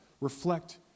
reflect